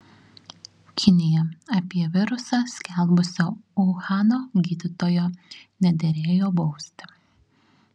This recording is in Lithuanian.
kinija apie virusą skelbusio uhano gydytojo nederėjo bausti